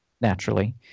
naturally